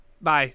Bye